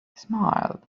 smiled